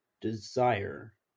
desire